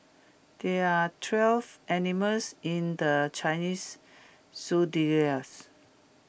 there are twelve animals in the Chinese Zodiac